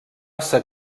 ser